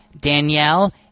Danielle